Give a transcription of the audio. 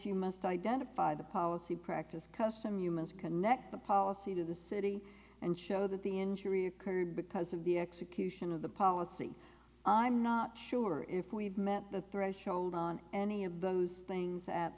you must identify the policy practice comes from humans connect the policy to the city and show that the injury occurred because of the execution of the policy i'm not sure if we've met the threshold on any of those things a